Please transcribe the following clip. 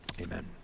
Amen